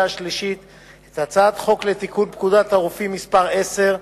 השלישית את הצעת חוק לתיקון פקודת הרופאים (מס' 10),